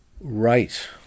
right